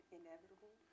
inevitable